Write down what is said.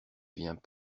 vient